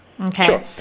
okay